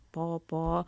po po